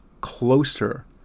closer